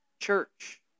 church